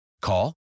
Call